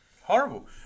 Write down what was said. Horrible